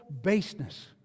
baseness